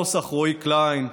גבורה נוסח רועי קליין,